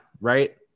right